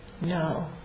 No